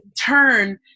turn